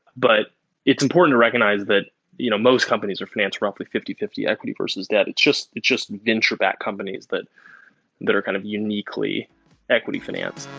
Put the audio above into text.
but it's important to recognize that you know most companies are financed roughly fifty fifty equity versus debt. it's just just venture-backed companies that that are kind of uniquely equity financed.